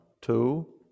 two